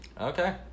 Okay